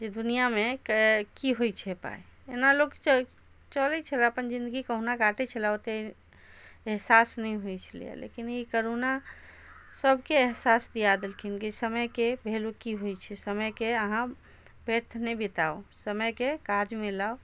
जे दुनिया मे की होइ छै पाइ एना लोक चलै छलय अपन जिन्दगी कहुना काटै छलए ओते एहसास नहि होइ छलैया लेकिन ई करोना सबके एहसास दीआ देलखिन कि समय के वैल्यू की होइ छै समय के अहाँ व्यर्थ नहि बीताउ समय के काज मे लाउ